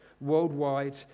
worldwide